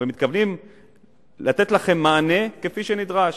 ומתכוונים לתת לכם מענה כפי שנדרש.